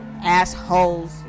assholes